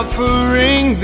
Offering